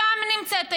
שם נמצאת ההתנגדות.